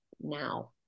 now